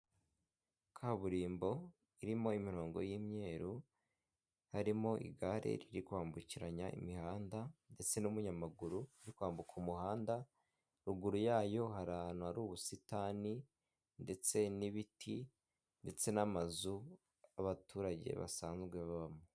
Kaburimbo irimo imirongo y'imyeru, harimo igare riri kwambukiranya imihanda ndetse n'umunyamaguru uri kwambuka umuhanda, ruguru yayo hari ahantu, hari ubusitani ndetse n'ibiti ndetse n'amazu abaturage basanzwe babamo.